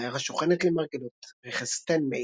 העיירה שוכנת למרגלות רכס טנמייל.